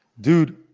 dude